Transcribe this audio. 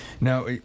now